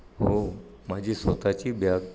हो माझी स्वतःची बॅग